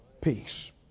peace